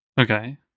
Okay